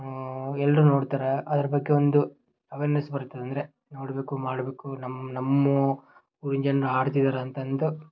ಎಲ್ಲರೂ ನೋಡ್ತಾರೆ ಅದ್ರ ಬಗ್ಗೆ ಒಂದು ಅವೆರ್ನೆಸ್ ಬರ್ತದೆ ಅಂದರೆ ನೋಡಬೇಕು ಮಾಡಬೇಕು ನಮ್ಮ ನಮ್ಮ ಊರಿನ ಜನರು ಆಡ್ತಿದ್ದಾರೆ ಅಂತ ಅಂದು